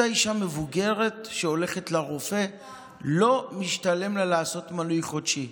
לאותה אישה מבוגרת שהולכת לרופא לא משתלם לעשות מנוי חודשי,